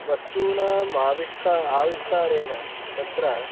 वस्तूनाम् आविष्क आविष्कारेण तत्र